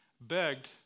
begged